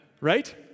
Right